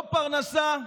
לא פרנסה,